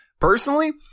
Personally